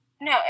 No